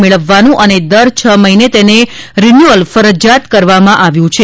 મેળવવાનું અને દર છ મહિને તેનું રિન્યુઅલ ફરજીયાત કરવામાં આવ્યું છે